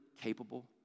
capable